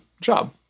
job